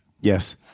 yes